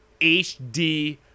HD